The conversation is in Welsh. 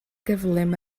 gyflym